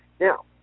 Now